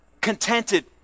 contented